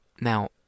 Now